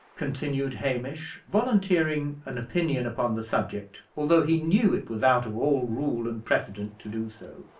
continued hamish, volunteering an opinion upon the subject, although he knew it was out of all rule and precedent to do so,